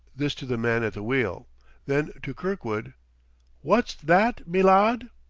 this to the man at the wheel then to kirkwood wot's that, me lud?